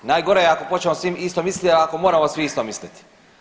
Najgore je ako počnemo svi isto misliti jer ako moramo svi isto misliti.